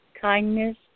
kindness